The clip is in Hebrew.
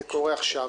זה קורה עכשיו,